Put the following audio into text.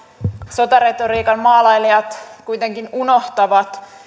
sotaretoriikan maalailijat kuitenkin unohtavat